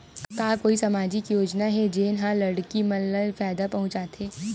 का कोई समाजिक योजना हे, जेन हा लड़की मन ला फायदा पहुंचाथे?